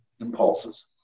impulses